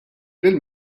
lill